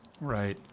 right